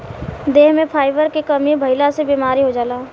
देह में फाइबर के कमी भइला से बीमारी हो जाला